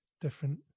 different